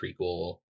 prequel